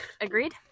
Agreed